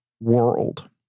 world